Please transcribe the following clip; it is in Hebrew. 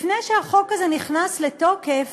לפני שהחוק הזה נכנס לתוקף